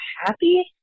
happy